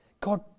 God